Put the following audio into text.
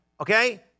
Okay